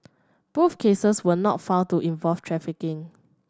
both cases were not found to involve trafficking